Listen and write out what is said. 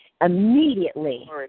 Immediately